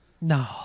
no